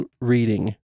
reading